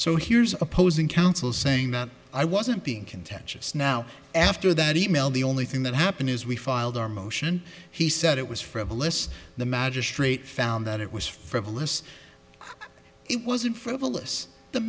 so here's opposing counsel saying that i wasn't being contentious now after that e mail the only thing that happened is we filed our motion he said it was frivolous the magistrate found that it was frivolous it wasn't for evillest the